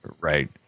right